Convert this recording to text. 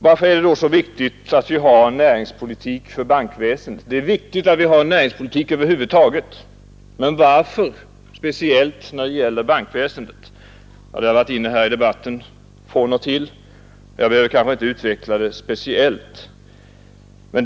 Varför är det då så viktigt att vi har en näringspolitik för bankväsendet? Det är viktigt att vi har en näringspolitik över huvud taget, men varför är det särskilt viktigt när det gäller bankväsendet? Denna fråga har tagits upp i debatten från och till, och jag behöver kanske utveckla svaret enligt min uppfattning något.